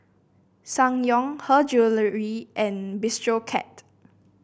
Ssangyong Her Jewellery and Bistro Cat